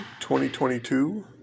2022